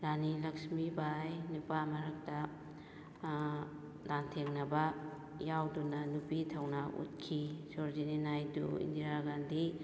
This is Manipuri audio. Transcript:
ꯔꯥꯅꯤ ꯂꯛꯁꯃꯤ ꯕꯥꯏ ꯅꯨꯄꯥ ꯃꯔꯛꯇ ꯂꯥꯟꯊꯦꯡꯅꯕ ꯌꯥꯎꯗꯨꯅ ꯅꯨꯄꯤ ꯊꯧꯅꯥ ꯎꯠꯈꯤ ꯁꯣꯔꯣꯖꯤꯅꯤ ꯅꯥꯏꯗꯨ ꯏꯟꯗꯤꯔꯥ ꯒꯥꯟꯙꯤ